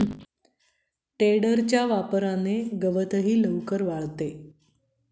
टेडरच्या वापराने गवतही लवकर वाळते